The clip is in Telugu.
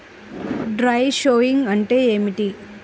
డ్రై షోయింగ్ అంటే ఏమిటి?